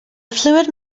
fluid